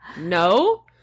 No